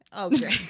Okay